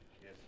Yes